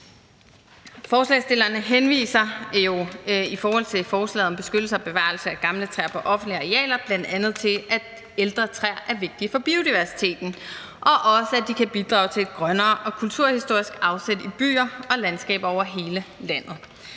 Forslagsstillerne henviser jo i forslaget om beskyttelse og bevarelse af gamle træer på offentlige arealer bl.a. til, at ældre træer er vigtige for biodiversiteten, og også, at de kan bidrage til et grønnere og mere kulturhistorisk afsæt i byer og landskaber over hele landet.